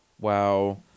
Wow